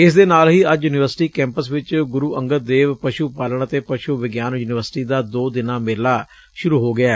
ਇਸ ਦੇ ਨਾਲ ਹੀ ਅੱਜ ਯੂਨੀਵਰਸਿਟੀ ਕੈਂਪਸ ਚ ਗੁਰੂ ਅੰਗਦ ਦੇਵ ਪਸੂ ਪਾਲਣ ਅਤੇ ਪਸੂ ਵਿਗਿਆਨ ਯੂਨੀਵਰਸਿਟੀ ਦਾ ਦੋ ਦਿਨਾਂ ਮੇਲਾ ਸੁਰੂ ਹੋ ਗਿਐ